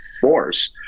force